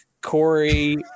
Corey